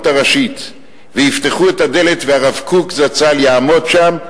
הראשית ויפתחו את הדלת והרב קוק זצ"ל יעמוד שם,